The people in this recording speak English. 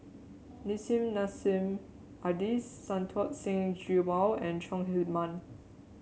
Nissim Nassim Adis Santokh Singh Grewal and Chong Heman